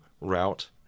route